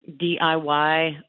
DIY